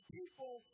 people